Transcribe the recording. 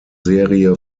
serie